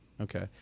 Okay